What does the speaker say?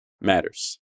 matters